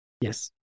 Yes